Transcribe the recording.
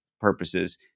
purposes